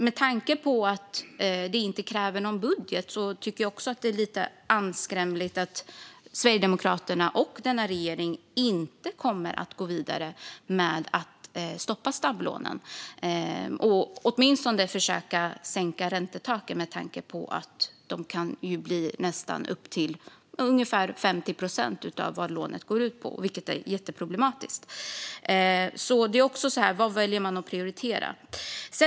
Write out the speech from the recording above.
Med tanke på att detta inte kräver någon budget tycker jag att det är lite anskrämligt att Sverigedemokraterna och regeringen inte kommer att gå vidare med att stoppa snabblånen och åtminstone försöka att sänka räntetaket. Räntorna kan ju bli nästan 50 procent av vad lånet uppgår till, vilket är jätteproblematiskt. Det handlar om vad man väljer att prioritera.